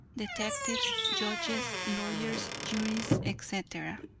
detectives, judges, lawyers, juries, etc.